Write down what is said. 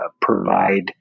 provide